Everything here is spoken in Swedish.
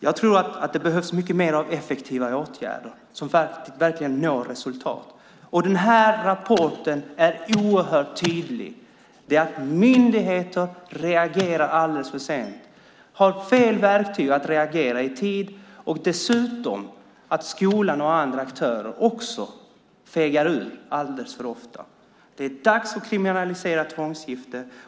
Jag tror att det behövs mycket mer av effektiva åtgärder som verkligen når resultat. Och den här rapporten är oerhört tydlig med att myndigheter reagerar alldeles för sent, har fel verktyg för att reagera i tid och dessutom att skolan och andra aktörer fegar ur alldeles för ofta. Det är dags att kriminalisera tvångsgifte.